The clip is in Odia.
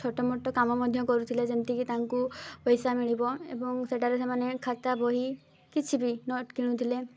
ଛୋଟମୋଟ କାମ ମଧ୍ୟ କରୁଥିଲେ ଯେମିତିକି ତାଙ୍କୁ ପଇସା ମିଳିବ ଏବଂ ସେଠାରେ ସେମାନେ ଖାତା ବହି କିଛି ବି ନୋଟ୍ କିଣୁଥିଲେ